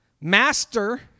Master